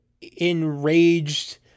enraged